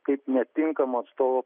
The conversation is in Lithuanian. kaip netinkamo atstovo